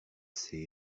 ses